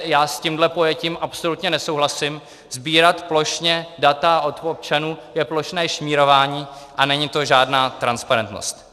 Já s tímto pojetím absolutně nesouhlasím, sbírat plošně data od občanů je plošné šmírování a není to žádná transparentnost.